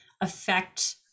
affect